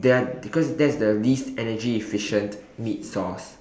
they are because that's the least energy efficient meat source